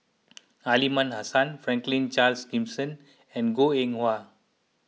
Aliman Hassan Franklin Charles Gimson and Goh Eng Wah